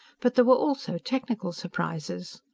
but there were also technical surprises.